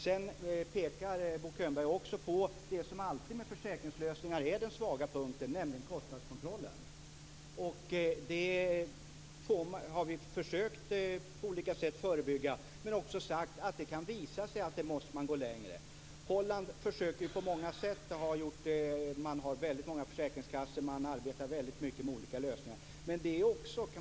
Sedan pekar Bo Könberg på det som alltid är den svaga punkten med försäkringslösningar, nämligen kostnadskontrollen. Det har vi försökt att förebygga på olika sätt. Men vi har också sagt att det kan visa sig att man måste gå längre. Holland försöker på många sätt. Man har väldigt många försäkringskassor och man arbetar väldigt mycket med olika lösningar.